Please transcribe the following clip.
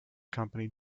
company